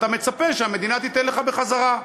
אתה מצפה שהמדינה תיתן לך בחזרה.